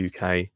uk